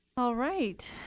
all right.